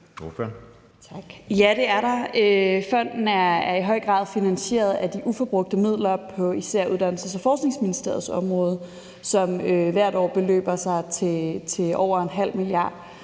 Ja, det er der. Fonden er i høj grad finansieret af de uforbrugte midler på især Uddannelses- og Forskningsministeriets område, som hvert år beløber sig til over ½ mia.